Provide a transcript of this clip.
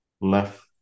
left